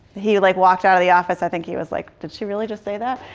he like walked out of the office. i think he was like did she really just say that.